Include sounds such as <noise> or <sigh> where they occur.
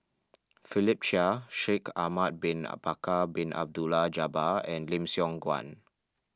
<noise> Philip Chia Shaikh Ahmad Bin <unintelligible> Bin Abdullah Jabbar and Lim Siong Guan